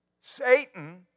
Satan